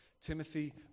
Timothy